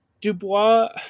Dubois